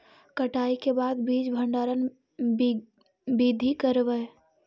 कटाई के बाद बीज भंडारन बीधी करबय?